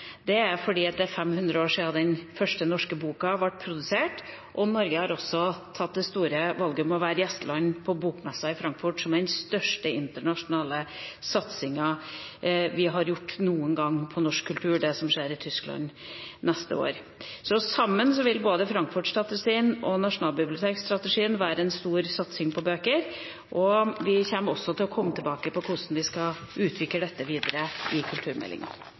det store bokåret. Det er fordi det er 500 år siden den første norske boka ble trykt. Norge har også tatt det store valget å være gjesteland på bokmessa i Frankfurt. Det som skjer i Tyskland neste år, er den største internasjonale satsingen for norsk kultur vi har hatt noen gang. Sammen vil Frankfurt-strategien og Nasjonalbibliotek-strategien være en stor satsing på bøker. Vi vil komme tilbake til hvordan vi skal utvikle dette videre, i kulturmeldinga.